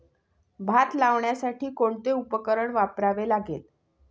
भात लावण्यासाठी कोणते उपकरण वापरावे लागेल?